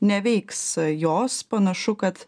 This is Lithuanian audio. neveiks jos panašu kad